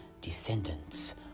descendants